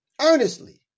earnestly